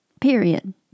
period